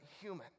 human